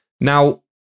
now